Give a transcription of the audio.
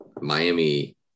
Miami